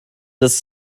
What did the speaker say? des